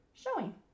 showing